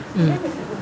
mm